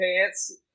pants